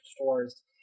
stores